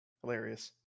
Hilarious